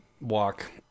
walk